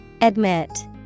Admit